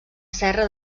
serra